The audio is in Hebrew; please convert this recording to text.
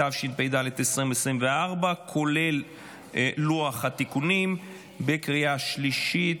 התשפ"ד 2024, כולל לוח התיקונים בקריאה שלישית.